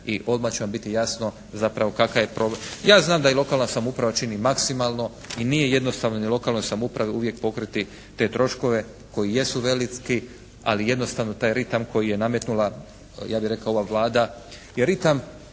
i odma će vam biti jasno zapravo kakav je problem. Ja znam da i lokalna samouprava čini maksimalno. I nije jednostavno ni lokalnoj samoupravi uvijek pokriti te troškove koji jesu veliki, ali jednostavno taj ritam koji je nametnula ja bih rekao ova Vlada je ritam